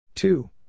Two